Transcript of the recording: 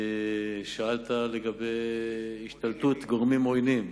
שאלת לגבי השתלטות גורמים עוינים.